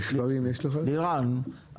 לירן,